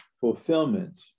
fulfillment